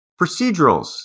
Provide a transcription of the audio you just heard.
procedurals